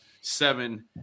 Seven